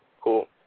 Cool